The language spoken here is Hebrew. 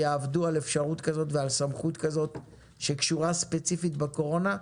יעבדו על אפשרות כזאת ועל סמכות כזאת שקשורה ספציפית בקורונה,